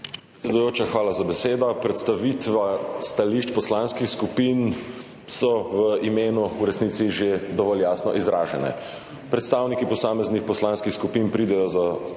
hvala za besedo. Predstavitve stališč poslanskih skupin so v imenu v resnici že dovolj jasno izražene. Predstavniki posameznih poslanskih skupin pridejo za govornico,